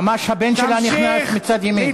ממש הבן שלה נכנס מצד ימין.